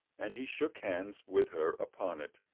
and he shook hands with her upon it,